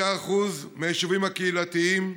6% מהיישובים הקהילתיים,